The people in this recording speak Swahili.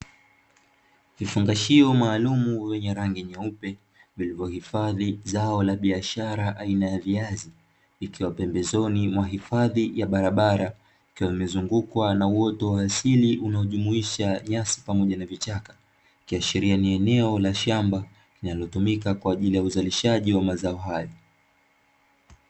Vifungashio maalumu vyenye rangi nyeupe vilivyohifadhi zao la biashara aina ya viazi ikiwa pembezoni mwa hifadhi ya barabara ikiwa imezungukwa na uoto wa asili unaojumuisha nyasi pamoja na vichaka, ikiashiria ni eneo la shamba linalo tumika kwa ajili ya uzalishaji wa mazao hayo.